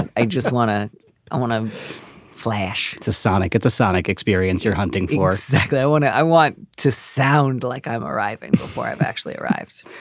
and i just want to i want to flash. it's a sonic. it's a sonic experience you're hunting for. zack, i want to i want to sound like i'm arriving before i'm actually arrives.